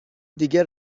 دیگه